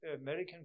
American